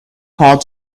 called